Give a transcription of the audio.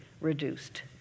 reduced